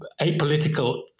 apolitical